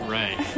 right